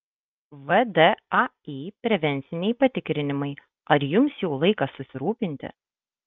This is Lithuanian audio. vdai prevenciniai patikrinimai ar jums jau laikas susirūpinti